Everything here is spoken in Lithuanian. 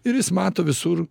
ir jis mato visur